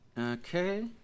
Okay